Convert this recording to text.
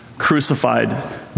crucified